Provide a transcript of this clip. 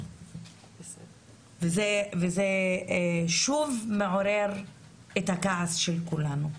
זה שוב מעורר את הכעס של כולנו.